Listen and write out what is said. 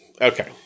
Okay